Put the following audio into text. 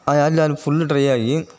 ಆ ಆಯ್ಲ್ ಅಲ್ಲಿ ಫುಲ್ ಡ್ರೈಯಾಗಿ